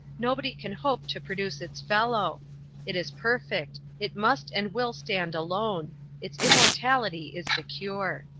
nobody can hope to produce its fellow it is perfect, it must and will stand alone its immortality is secure.